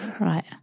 right